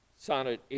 Sonnet